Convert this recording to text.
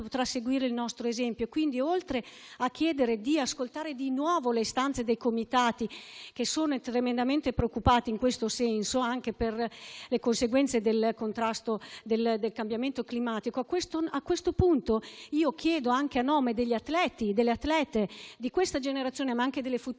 potrà seguire il nostro esempio. Quindi, oltre a chiedere di ascoltare di nuovo le istanze dei comitati che sono tremendamente preoccupati in questo senso, anche per le conseguenze del contrasto del cambiamento climatico, a questo punto chiedo, anche a nome degli atleti e delle atlete di questa e delle future